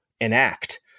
enact